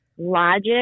Logic